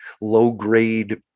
low-grade